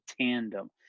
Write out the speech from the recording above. tandem